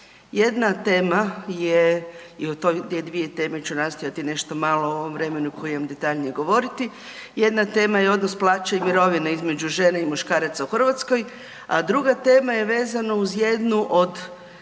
Jedna tema je, i o toj, te dvije teme ću nastojati nešto malo u ovom vremenu koje imam detaljnije govoriti. Jedna tema je odnos plaće i mirovine između žene i muškaraca u Hrvatskoj, a druga tema je vezana uz jednu od